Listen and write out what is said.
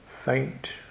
Faint